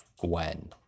Gwen